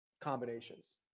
combinations